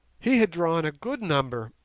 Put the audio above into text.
he had drawn a good number,